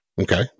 Okay